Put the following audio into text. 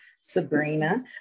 Sabrina